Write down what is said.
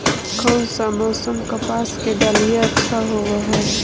कोन सा मोसम कपास के डालीय अच्छा होबहय?